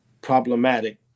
problematic